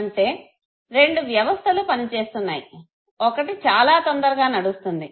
అంటే రెండు వ్యవస్థలు పని చేస్తున్నాయి ఒకటి చాలా తొందరగా నడుస్తుంది